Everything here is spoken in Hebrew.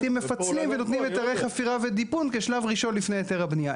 מפצלים ונותנים היתרי חפירה ודיפון כשלב ראשון לפני היתר הבנייה.